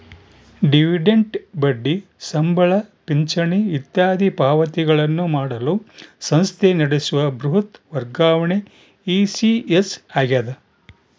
dividend ಬಡ್ಡಿ ಸಂಬಳ ಪಿಂಚಣಿ ಇತ್ಯಾದಿ ಪಾವತಿಗಳನ್ನು ಮಾಡಲು ಸಂಸ್ಥೆ ನಡೆಸುವ ಬೃಹತ್ ವರ್ಗಾವಣೆ ಇ.ಸಿ.ಎಸ್ ಆಗ್ಯದ